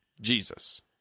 Jesus